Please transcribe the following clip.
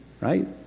Right